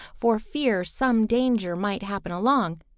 for fear some danger might happen along,